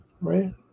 Right